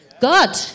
God